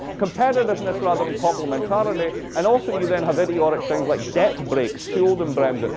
competitiveness rather than complementarity. and also, you then have idiotic things like debt breaks, schuldenbremse.